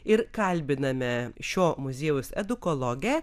ir kalbiname šio muziejaus edukologę